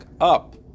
up